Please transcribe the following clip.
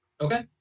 Okay